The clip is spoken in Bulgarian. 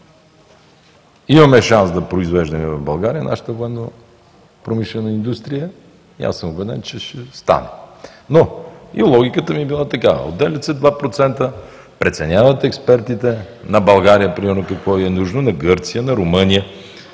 Имаме шанс да произвеждаме в България, нашата военно промишлена индустрия и аз съм убеден, че ще стане. Логиката ми е била такава: отделят се 2%, преценяват експертите на България, примерно какво и е нужно, на Гърция, на Румъния.